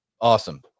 Awesome